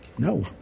No